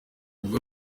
ubwo